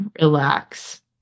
relax